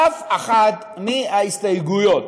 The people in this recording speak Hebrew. אף אחת מההסתייגויות